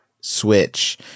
switch